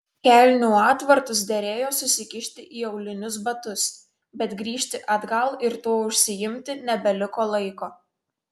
kelnių atvartus derėjo susikišti į aulinius batus bet grįžti atgal ir tuo užsiimti nebeliko laiko